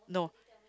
no